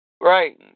Right